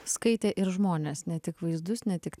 skaitė ir žmones ne tik vaizdus ne tik